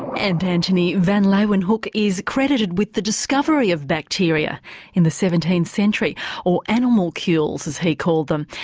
and antonie van leeuwenhoek is credited with the discovery of bacteria in the seventeenth century or animalcules as he called them.